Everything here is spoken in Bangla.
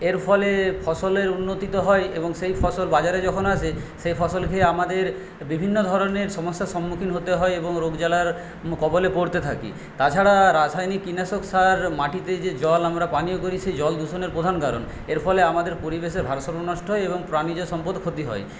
এর ফলে ফসলের উন্নতি তো হয় এবং সেই ফসল বাজারে যখন আসে সেই ফসল খেয়ে আমাদের বিভিন্ন ধরনের সমস্যার সম্মুখীন হতে হয় এবং রোগ জ্বালার কবলে পড়তে থাকি তাছাড়া রাসায়নিক কীটনাশক সার মাটিতে যে জল আমরা পান করি সেই জল দূষণের প্রধান কারণ এর ফলে আমাদের পরিবেশের ভারসাম্য নষ্ট হয় এবং প্রাণীজ সম্পদ ক্ষতি হয়